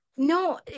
No